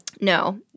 no